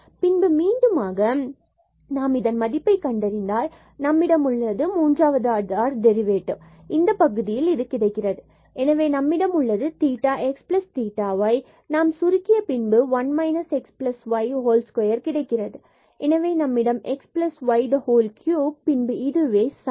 பின்பு மீண்டும் ஆக நாம் இதன் மதிப்பை கண்டறிந்தால் பின்பு நம்மிடம் உள்ளது மூன்றாவது ஆர்டர் டெரிவேட்டிவ் இந்த பகுதியில் கிடைக்கிறது எனவே நம்மிடம் உள்ளது theta x theta y ஆகும் மற்றும் நாம் சுருக்கிய பின்பு 1 x y square கிடைக்கிறது எனவே நம்மிடம் x y whole cube மற்றும் பின்பு இதுவே sin